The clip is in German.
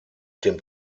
dem